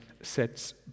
sets